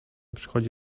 przychodzi